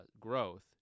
growth